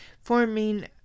forming